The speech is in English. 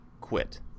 quit